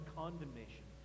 condemnation